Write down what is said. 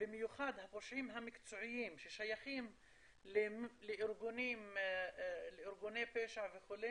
במיוחד הפושעים המקצועיים ששייכים לארגוני פשע וכו',